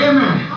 Amen